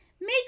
Make